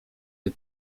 nie